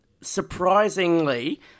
surprisingly